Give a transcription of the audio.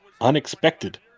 unexpected